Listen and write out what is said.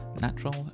natural